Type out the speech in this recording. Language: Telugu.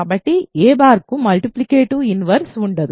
కాబట్టి a కు మల్టిప్లికేటివ్ ఇన్వర్స్ ఉండదు